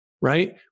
right